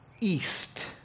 east